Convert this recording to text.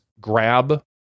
grab